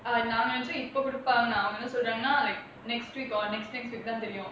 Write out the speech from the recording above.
ah நான் நெனச்சேன் இப்போ கொடுப்பாங்கனு:naan nenachaen ippo kodupaangaanu like next week or next next week தெரியும்:teriyum